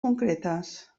concretes